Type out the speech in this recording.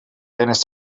eines